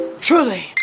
truly